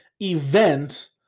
event